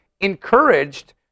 encouraged